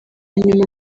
nyuma